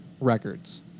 records